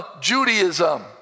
Judaism